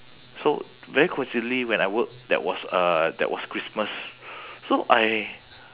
so very coincidentally when I work that was uh that was christmas so I